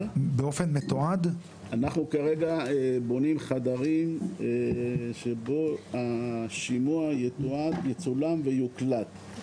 אנחנו כרגע בונים חדרים שבו השימוע יתועד יצולם ויוקלט.